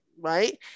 right